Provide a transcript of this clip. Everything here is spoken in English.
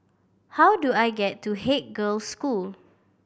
how do I get to Haig Girls' School